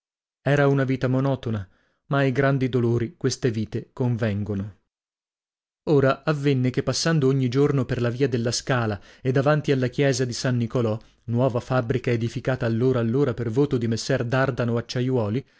era una vita monotona ma ai grandi dolori queste vite convengono ora avvenne che passando ogni giorno per la via della scala e davanti alla chiesa di san nicolò nuova fabbrica edificata allora allora per voto di messer dardano acciaiuoli